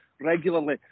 regularly